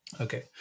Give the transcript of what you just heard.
Okay